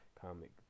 comic